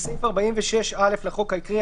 בסעיף 46(א) לחוק העיקרי,